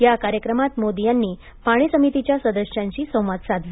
या कार्यक्रमात मोदी यांनी पाणी समितीच्या सदस्यांशी संवाद ही साधला